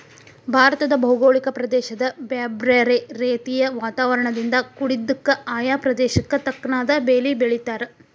ಭಾರತದ ಭೌಗೋಳಿಕ ಪ್ರದೇಶ ಬ್ಯಾರ್ಬ್ಯಾರೇ ರೇತಿಯ ವಾತಾವರಣದಿಂದ ಕುಡಿದ್ದಕ, ಆಯಾ ಪ್ರದೇಶಕ್ಕ ತಕ್ಕನಾದ ಬೇಲಿ ಬೆಳೇತಾರ